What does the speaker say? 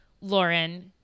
Lauren